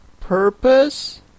purpose